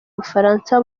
bufaransa